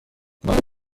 ماه